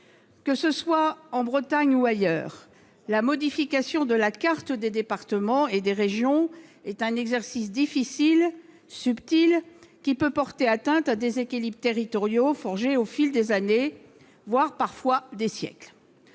Que ce soit en Bretagne ou ailleurs, la modification de la carte des départements et des régions est un exercice difficile, subtil, qui peut porter atteinte à des équilibres territoriaux forgés au fil des années, voire, parfois, des siècles.